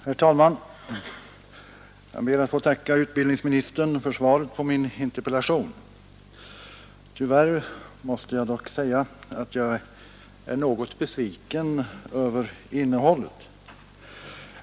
Herr talman! Jag ber att få tacka utbildningsministern för svaret på min interpellation. Tyvärr måste jag dock säga att jag är något besviken över innehållet.